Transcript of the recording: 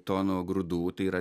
tonų grūdų tai yra